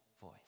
voice